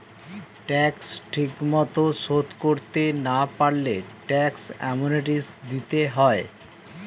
tax ঠিকমতো শোধ করতে না পারলে ট্যাক্স অ্যামনেস্টি দিতে হয়